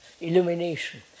illumination